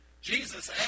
Jesus